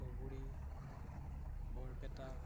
Dhubri Barpeta